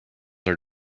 are